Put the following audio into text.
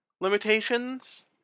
limitations